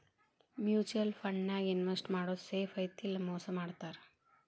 mutual ಫಂಡನ್ಯಾಗ invest ಮಾಡೋದ್ safe ಐತಿ ಇಲ್ಲಾ ಮೋಸ ಮಾಡ್ತಾರಾ